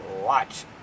Watch